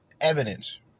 evidence